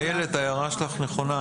איילת, ההערה שלך נכונה.